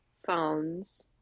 Phones